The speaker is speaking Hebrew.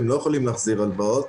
הם לא יכולים להחזיר הלוואות.